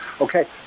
Okay